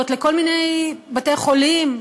אבל מוות, חלק מהחיים.